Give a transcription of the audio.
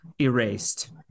erased